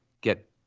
get